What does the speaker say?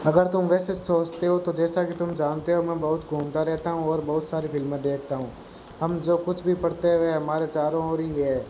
अगर तुम वैसे सोचते हो तो जैसा कि तुम जानते हो मैं बहुत घूमता रहता हूँ और बहुत सारी फिल्में देखता हूँ हम जो कुछ भी पढ़ते हैं वह हमारे चारों ओर ही है